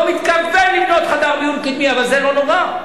לא מתכוון לבנות חדר מיון קדמי, אבל זה לא נורא.